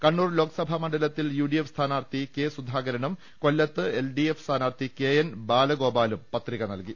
കണ്ണൂർ ലോക്സഭാ മണ്ഡലത്തിൽ U D F സ്ഥാനാർത്ഥി K സുധാകരനും കൊല്ലത്ത് എൽഡിഎഫ് സ്ഥാനാർത്ഥി കെ എൻ ബാലഗോപാലും പത്രിക നൽകി